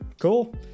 Cool